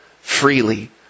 freely